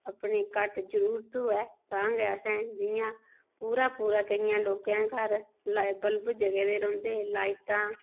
अपनी घट्ट जरूरत होऐ तां गै असें जियां पूरा पूरा केइयें लोकें दे घर लाइ बल्ब जगे दे रौंह्दे लाइटां